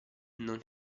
non